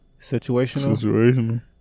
Situational